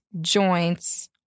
joints